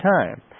time